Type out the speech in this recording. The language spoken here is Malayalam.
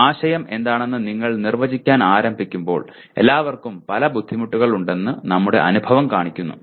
ഒരു ആശയം എന്താണെന്ന് നിങ്ങൾ നിർവചിക്കാൻ ആരംഭിക്കുമ്പോൾ എല്ലാവർക്കും പല ബുദ്ധിമുട്ടുകൾ ഉണ്ടെന്ന് നമ്മുടെ അനുഭവം കാണിക്കുന്നു